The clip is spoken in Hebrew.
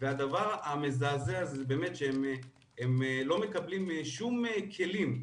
והדבר המזעזע באמת שהם לא מקבלים שום כלים,